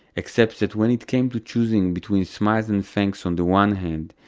except that when it came to choosing between smiles and thanks on the one hand,